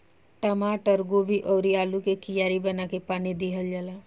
टमाटर, गोभी अउरी आलू के कियारी बना के पानी दिहल जाला